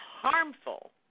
harmful